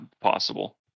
possible